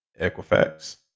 Equifax